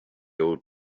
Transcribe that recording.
old